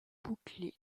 bouclés